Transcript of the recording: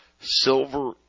silver